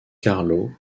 carlo